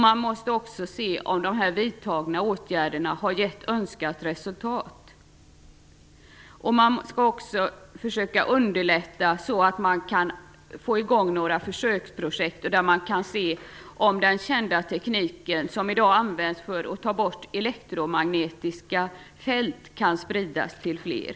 Man måste också se om de vidtagna åtgärderna har gett önskat resultat och försöka underlätta påbörjandet av några försöksprojekt som gör det möjligt att se om den kända teknik som i dag används för att ta bort elektromagnetiska fält kan spridas till fler.